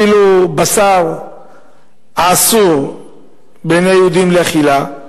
אפילו בשר האסור ליהודים לאכילה.